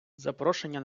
запрошення